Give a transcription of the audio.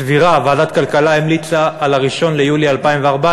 סבירה, ועדת הכלכלה המליצה על 1 ביולי 2014,